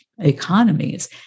economies